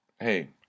hey